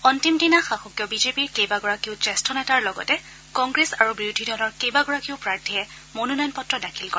অন্তিম দিনা শাসকীয় বিজেপিৰ কেইবাগৰাকীও জ্যেষ্ঠ নেতাৰ লগতে কংগ্ৰেছ আৰু বিৰোধী দলৰ কেইবাগৰাকীও প্ৰাৰ্থীয়ে মনোনয়ন পত্ৰ দাখিল কৰে